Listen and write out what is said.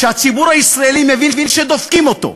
כשהציבור הישראלי מבין שדופקים אותו,